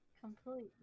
Completely